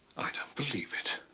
i don't believe it.